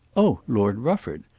oh, lord rufford!